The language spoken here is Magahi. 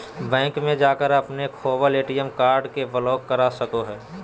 बैंक में जाकर अपने खोवल ए.टी.एम कार्ड के ब्लॉक करा सको हइ